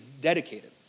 dedicated